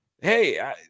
hey